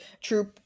true